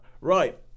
Right